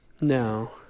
No